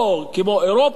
כמו אירופה,